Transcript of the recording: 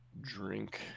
drink